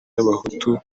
y’abahutu